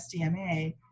SDMA